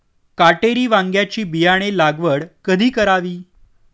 काटेरी वांग्याची बियाणे लागवड कधी करावी?